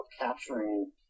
capturing